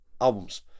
albums